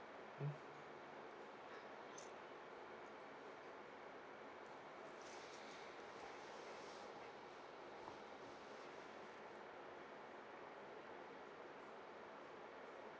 mm